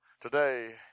today